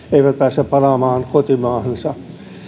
eivätkä pääse palaamaan kotimaahansa